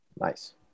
Nice